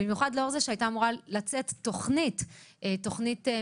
במיוחד לאור זה שהייתה אמורה לצאת תכנית ממשלתית